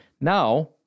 Now